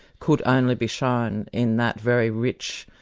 could only be shown in that very rich,